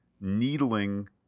needling